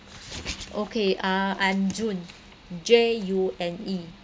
okay ah I am june J U N E